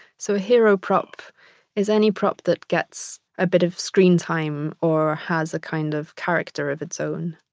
so a hero prop is any prop that gets a bit of screen time or has the kind of character of its own.